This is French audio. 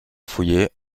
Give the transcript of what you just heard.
fouillée